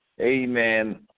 amen